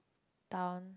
town